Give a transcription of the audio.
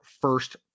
first